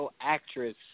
actress